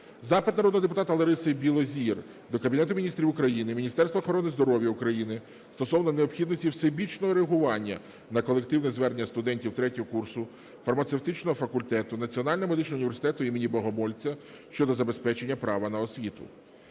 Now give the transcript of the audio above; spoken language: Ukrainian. Запит народного депутата Лариси Білозір до Кабінету Міністрів України, Міністерства охорони здоров'я України стосовно необхідності всебічного реагування на колективне звернення студентів третього курсу фармацевтичного факультету Національного медичного університету імені О.О.Богомольця щодо забезпечення права на освіту.